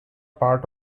part